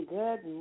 good